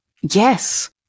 Yes